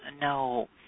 no